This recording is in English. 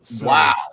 Wow